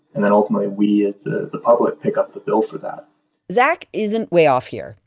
and then ultimately, we, as the the public, pick up the bill for that zack isn't way off here.